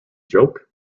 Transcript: joke